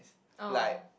oh